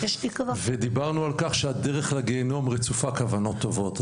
דיברנו על כך שהדרך לגיהינום רצופה בכוונות טובות.